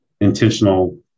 intentional